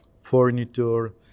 furniture